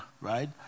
right